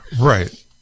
Right